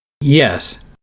Yes